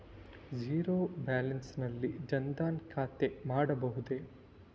Zero balance ನಲ್ಲಿ ಜನ್ ಧನ್ ಖಾತೆ ಮಾಡಬಹುದೇ?